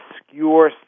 obscure